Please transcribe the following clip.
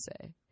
say